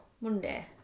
Monday